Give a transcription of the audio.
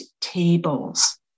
tables